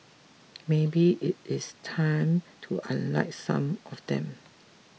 maybe it is time to unlike some of them